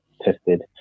tested